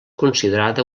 considerada